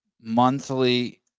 monthly